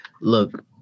Look